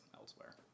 elsewhere